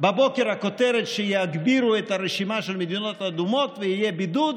בבוקר הכותרת היא שיגדילו את הרשימה של מדינות אדומות ויהיה בידוד,